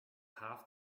half